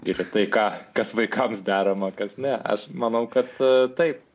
ir į tai ką kas vaikams derama kas ne aš manau kad taip